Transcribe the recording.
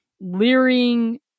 leering